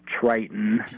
Triton